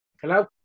Hello